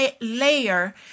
layer